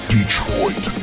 Detroit